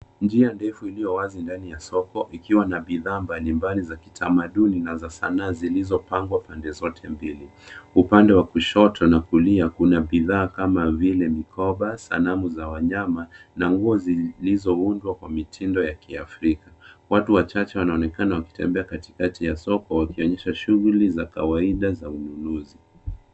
Njia ndefu iliyo wazi ndani ya soko ikiwa na bidhaa mbalimbali za kitamaduni na za sanaa zilizopangwa pande zote mbili. Upande wa kushoto na kulia kuna bidhaa kama vile mikoba, sanamu za wanyama na nguo zilizoundwa kwa mitindo ya kiafrika. Watu wachache wanaonekana wakitembea katikati ya soko wakionyesha shughuli za kawaida za ununuzi.